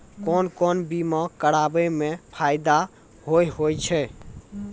कोन कोन बीमा कराबै मे फायदा होय होय छै?